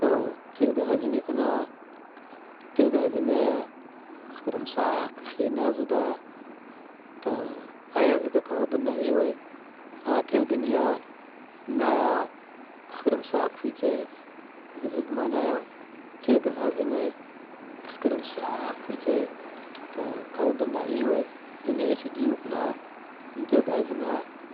To tel ga azami kana, tel ga azami, hakar mas ka hira zude to aya zade, kawude naah na yuwe, ah telga mifa naya hakarmask fetse azud manaja, tel ga azami, hakar maska fatse to kawude de naah yuwe, nde tsawude yew kana ma tel ga azumi,